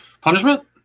punishment